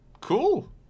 Cool